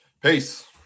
Peace